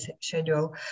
schedule